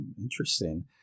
Interesting